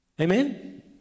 Amen